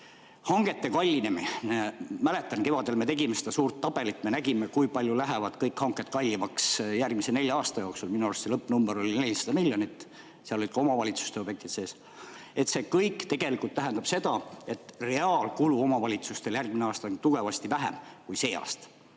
...Hangete kallinemine. Mäletan, kevadel me tegime seda suurt tabelit. [Sealt] me nägime, kui palju lähevad kõik hanked kallimaks järgmise nelja aasta jooksul. Minu arust see lõppnumber oli 400 miljonit. Seal olid ka omavalitsuste objektid sees. See kõik tegelikult tähendab seda, et omavalitsuste reaalkulu on järgmisel aastal tugevasti vähem kui see aasta